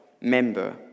member